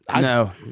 No